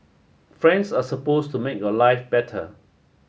friends are supposed to make your life better